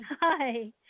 Hi